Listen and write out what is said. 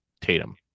tatum